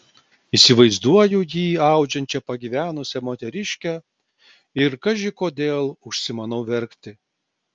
įsivaizduoju jį audžiančią pagyvenusią moteriškę ir kaži kodėl užsimanau verkti